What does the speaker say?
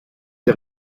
der